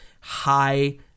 high